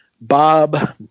Bob